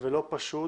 ולא פשוט